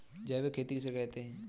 जैविक खेती किसे कहते हैं?